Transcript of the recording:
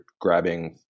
grabbing